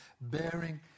bearing